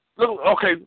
Okay